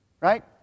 Right